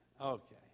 Okay